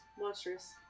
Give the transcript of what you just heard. monstrous